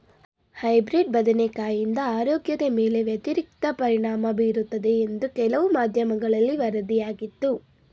hybrid ಬದನೆಕಾಯಿಂದ ಆರೋಗ್ಯದ ಮೇಲೆ ವ್ಯತಿರಿಕ್ತ ಪರಿಣಾಮ ಬೀರುತ್ತದೆ ಎಂದು ಕೆಲವು ಮಾಧ್ಯಮಗಳಲ್ಲಿ ವರದಿಯಾಗಿತ್ತು